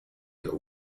der